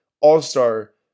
all-star